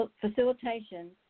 facilitation